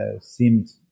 seemed